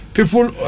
People